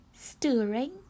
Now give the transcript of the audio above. stirring